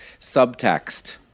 subtext